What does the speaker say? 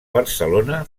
barcelona